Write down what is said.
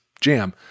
jam